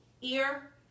ear